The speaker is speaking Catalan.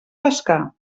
pescar